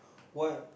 what